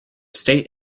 state